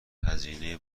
هزینه